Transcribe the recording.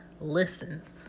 listens